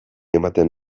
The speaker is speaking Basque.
ematen